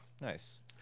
Nice